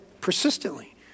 persistently